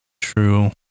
True